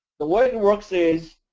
the way it and works is